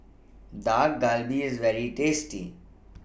Dak Galbi IS very tasty